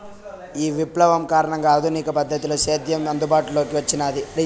ఈ విప్లవం కారణంగా ఆధునిక పద్ధతిలో సేద్యం అందుబాటులోకి వచ్చినాది